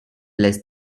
less